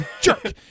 jerk